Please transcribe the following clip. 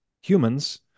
humans